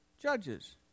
Judges